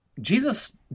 Jesus